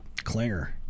clinger